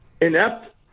Inept